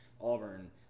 Auburn